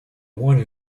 wanted